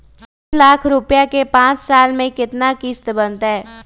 तीन लाख रुपया के पाँच साल के केतना किस्त बनतै?